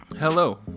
Hello